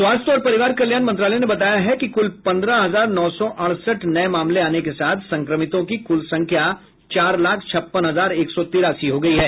स्वास्थ्य और परिवार कल्याण मंत्रालय ने बताया है कि कुल पंद्रह हजार नौ सौ अड़सठ नये मामले आने के साथ संक्रमितों की कुल संख्या चार लाख छप्पन हजार एक सौ तिरासी हो गई है